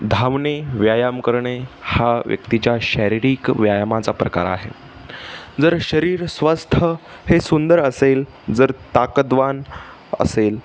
धावणे व्यायाम करणे हा व्यक्तीच्या शारीरिक व्यायामाचा प्रकार आहे जर शरीर स्वस्थ हे सुंदर असेल जर ताकदवान असेल